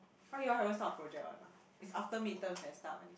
!huh! you all haven't start on project one ah is after midterms then start one is it